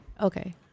Okay